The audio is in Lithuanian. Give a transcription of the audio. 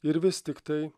ir vis tiktai